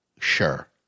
sure